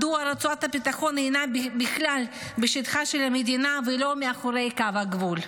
מדוע רצועת הביטחון היא בשטחה של המדינה ולא מאחורי קו הגבול?